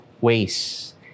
ways